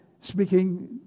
speaking